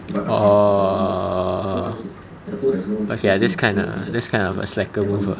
orh okay lah that's kinda that's kinda a slacker move lah